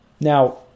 Now